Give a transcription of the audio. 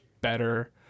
better